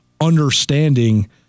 understanding